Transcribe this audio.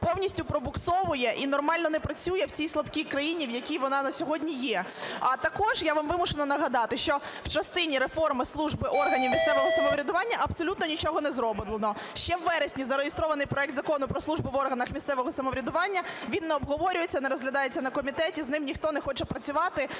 повністю пробуксовує і нормально не працює в цій слабкій країні, в якій вона на сьогодні є. А також я вам вимушена нагадати, що в частині реформи служби органів місцевого самоврядування абсолютно нічого не зроблено. Ще в вересні зареєстрований проект Закону про службу в органах місцевого самоврядування. Він не обговорюється і не розглядається на комітеті, з ним ніхто не хоче працювати.